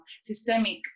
systemic